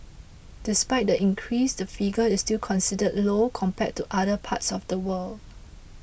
despite the increase the figure is still considered low compared to other parts of the world